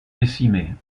décimées